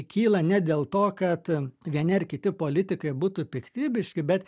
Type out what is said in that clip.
kyla ne dėl to kad vieni ar kiti politikai būtų piktybiški bet